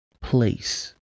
place